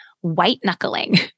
white-knuckling